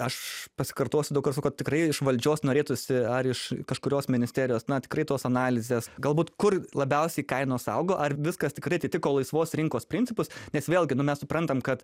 aš pasikartosiu daug kartų sakau kad tikrai iš valdžios norėtųsi ar iš kažkurios ministerijos na tikrai tos analizės galbūt kur labiausiai kainos augo ar viskas tikrai atitiko laisvos rinkos principus nes vėlgi nu mes suprantam kad